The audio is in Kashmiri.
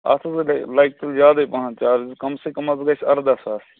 اَتھ حظ گٔے لگہِ تۅہہِ زیادَے پَہَن چارجٕز کَم سے کَم حظ گژھِ اَرداہ ساس